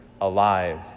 alive